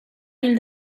till